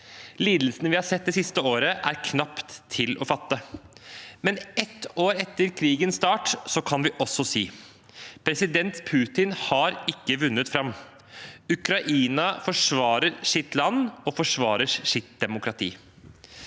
Lidelsene vi har sett det siste året, er knapt til å fatte. Likevel, ett år etter krigens start, kan vi også si: President Putin har ikke vunnet fram. Ukraina forsvarer sitt land og sitt demokrati.